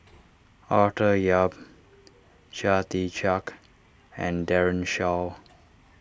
Arthur Yap Chia Tee Chiak and Daren Shiau